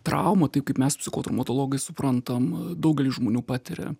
trauma taip kaip mes psichotraumatologai suprantam daugelis žmonių patiria